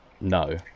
no